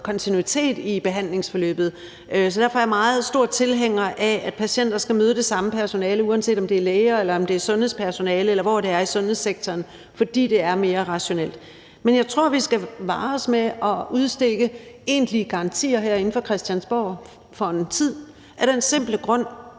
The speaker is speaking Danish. kontinuitet i behandlingsforløbet. Så jeg er meget stor tilhænger af, at patienter skal møde det samme personale, uanset om det er læger, eller om det er sundhedspersonale, eller hvor det er i sundhedssektoren, for det er mere rationelt. Men jeg tror, vi for en tid skal vare os for at udstikke egentlige garantier herinde fra Christiansborg af den simple grund,